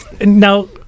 now